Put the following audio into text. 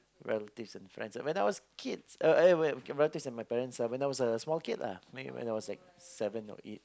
relatives and friends when I was a kid uh uh eh wait relatives and my parents ah when I was a small kid lah when when I was like seven or eight